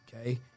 Okay